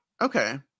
okay